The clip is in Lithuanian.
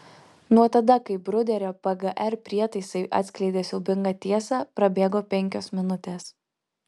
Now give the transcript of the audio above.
nuo tada kai bruderio pgr prietaisai atskleidė siaubingą tiesą prabėgo penkios minutės